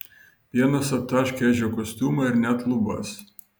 pienas aptaškė edžio kostiumą ir net lubas